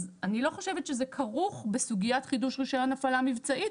אז אני לא חושבת שזה כרוך בסוגיית חידוש רישיון הפעלה מבצעית,